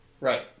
right